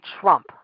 Trump